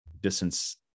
distance